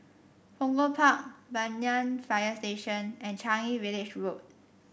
Punggol Park Banyan Fire Station and Changi Village Road